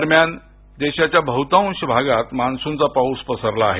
दरम्यान देशाच्या बहुतांश भागात मान्सूनचा पाऊस पसरला आहे